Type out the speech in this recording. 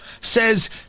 says